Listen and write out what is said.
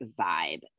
vibe